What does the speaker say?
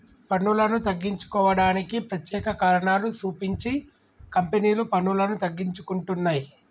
పన్నులను తగ్గించుకోవడానికి ప్రత్యేక కారణాలు సూపించి కంపెనీలు పన్నులను తగ్గించుకుంటున్నయ్